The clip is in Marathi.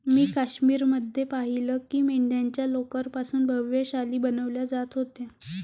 मी काश्मीर मध्ये पाहिलं की मेंढ्यांच्या लोकर पासून भव्य शाली बनवल्या जात होत्या